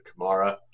Kamara